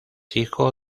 hijo